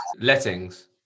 Lettings